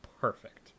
perfect